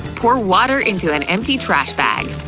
pour water into an empty trash bag.